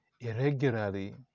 irregularly